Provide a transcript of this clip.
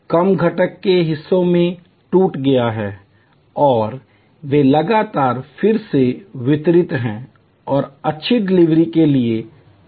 काम घटक के हिस्सों में टूट गया है और वे लगातार फिर से वितरित हैं और अच्छी डिलीवरी के लिए ठीक हैं